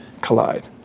collide